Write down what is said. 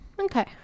Okay